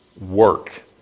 work